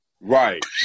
Right